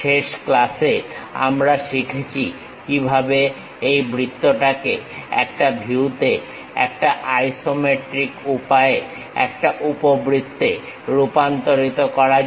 শেষ ক্লাসে আমরা শিখেছি কিভাবে এই বৃত্তটাকে একটা ভিউতে একটা আইসোমেট্রিক উপায়ে একটা উপবৃত্তে রূপান্তরিত করা যায়